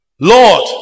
Lord